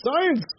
SCIENCE